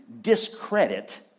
discredit